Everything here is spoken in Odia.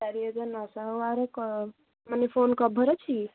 ଚାରି ହଜାର ନଅଶହ ଓ ଆର ମାନେ ଫୋନ୍ କଭର ଅଛି